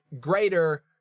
greater